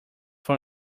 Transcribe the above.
from